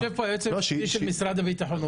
יושב כאן איש של משרד הביטחון.